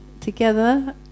together